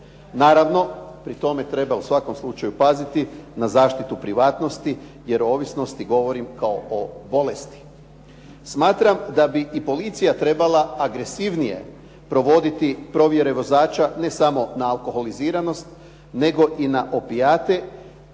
Naravno, pri tome treba u svakom slučaju paziti na zaštitu privatnosti jer o ovisnosti govorim kao o bolesti. Smatram da bi i policija trebala agresivnije provoditi provjere vozača ne samo na alkoholiziranost nego i na opijate